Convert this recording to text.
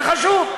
זה חשוב.